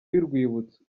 y’urwibutso